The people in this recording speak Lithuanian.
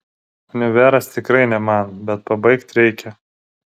univeras tikrai ne man bet pabaigt reikia